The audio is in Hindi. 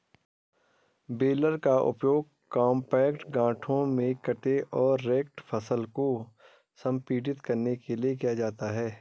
बेलर का उपयोग कॉम्पैक्ट गांठों में कटे और रेक्ड फसल को संपीड़ित करने के लिए किया जाता है